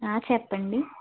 చెప్పండి